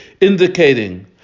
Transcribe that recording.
indicating